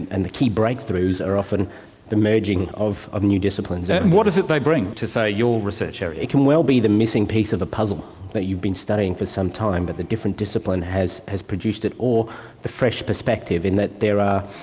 and the key breakthroughs are often the merging of of new disciplines. and what is it they bring to, say, your research area? it could well be the missing piece of the puzzle that you've been studying for some time, but the different discipline has has produced it, or the fresh perspective in that there are,